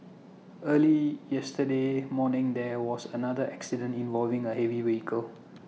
early yesterday morning there was another accident involving A heavy vehicle